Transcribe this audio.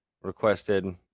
Requested